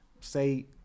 say